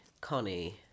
Connie